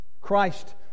Christ